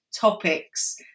topics